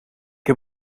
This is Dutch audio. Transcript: heb